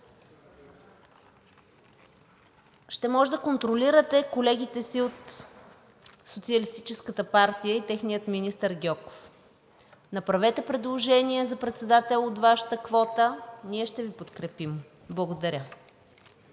ще можете да контролирате колегите си от Социалистическата партия и техния министър Гьоков. Направете предложение за председател от Вашата квота, ние ще Ви подкрепим. Благодаря.